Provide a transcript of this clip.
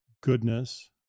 goodness